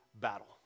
battle